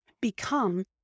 become